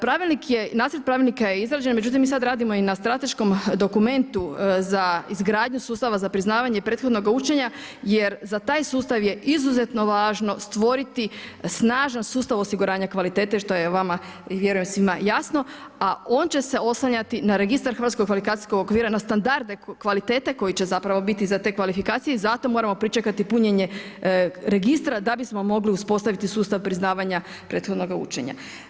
Pravilnik je, nacrt pravilnika je izrađen, međutim mi sada radimo i na strateškom dokumentu za izgradnju sustava za priznavanje prethodnoga učenja jer za taj sustav je izuzetno važno stvoriti snažan sustav osiguranja kvalitete što je vama vjerujem svima jasno, a on će se oslanjati na registar hrvatskog kvalifikacijskog okvira na standarde kvalitete koji će zapravo biti za te kvalifikacije i zato moramo pričekati punjenje registra da bismo mogli uspostaviti sustav priznavanje prethodnoga učenja.